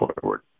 forward